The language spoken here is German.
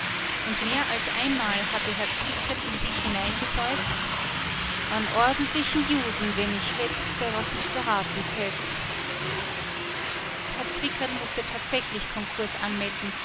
und mehr als einmal hatte herr zwickerl in sich hineingeseufzt an ordentlichen juden wenn ich hätt der was mich beraten tät herr zwickerl mußte tatsächlich konkurs anmelden